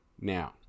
Now